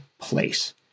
place